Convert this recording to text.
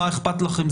מה אכפת לכם,